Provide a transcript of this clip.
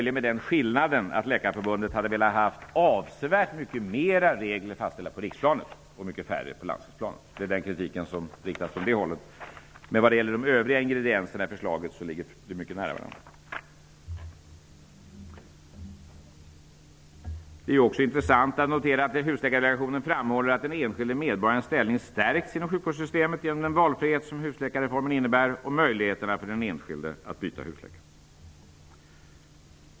Skillnaden är möjligen att läkarförbundet hade velat ha avsevärt fler regler som var fastställda på riksplanet och mycket färre på landstingsplanet. Det visar den kritik som riktas från det hållet. Förslagen ligger mycket nära varandra när det gäller de övriga ingredienserna i dem. Det är också intressant att notera att Husläkardelegationen framhåller att den enskilde medborgarens ställning har stärkts inom sjukvårdssystemet genom den valfrihet som husläkarreformen och möjligheterna för den enskilde att byta husläkare innebär.